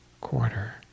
quarter